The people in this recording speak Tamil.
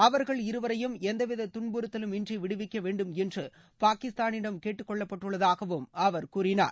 அவர்கள் இருவரையும் எந்தவித துன்பறுத்தலும் இன்றி விடுவிக்க வேண்டும் என்று பாகிஸ்தானிடம் கேட்டுக்கொள்ளப்பட்டுள்ளதாகவும் அவர் கூறினார்